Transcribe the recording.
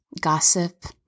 gossip